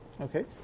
Okay